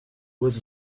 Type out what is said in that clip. was